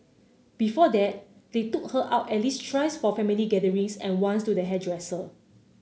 before that they took her out at least thrice for family gatherings and once to the hairdresser